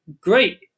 great